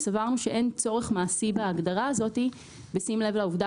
סברנו שאין צורך מעשי בהגדרה הזאת בשים לב לעובדה